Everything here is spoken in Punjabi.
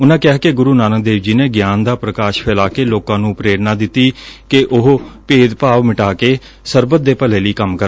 ਉਨੁਾਂ ਕਿਹਾ ਕਿ ਗੁਰੁ ਨਾਨਕ ਦੇਵ ਜੀ ਨੇ ਗਿਆਨ ਦਾ ਪੁਕਾਸ਼ ਫੈਲਾ ਕੇ ਲੌਕਾ ਨੂੰ ਪੇਰਣਾ ਦਿੱਤੀ ਕਿ ਉਹ ਭੇਦਭਾਵ ਮਿਟਾ ਕੇ ਸਰਬੱਤ ਦੇ ਭਲੇ ਲਈ ਕੰਮ ਕਰਨ